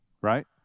right